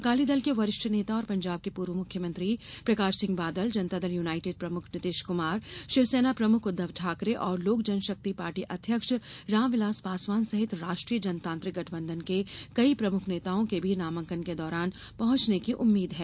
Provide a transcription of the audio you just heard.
अकाली दल के वरिष्ठ नेता और पंजाब के पूर्व मुख्यमंत्री प्रकाश सिंह बादल जनता दल यूनाइटेड प्रमुख नितीश कुमार शिवसेना प्रमुख उद्घव ठाकरे और लोक जन शक्ति पार्टी अध्यक्ष रामविलास पासवान सहित राष्ट्रीय जनतांत्रिक गठबंधन के कई प्रमुख नेताओं के भी नामांकन के दौरान पहुंचने की उम्मीद है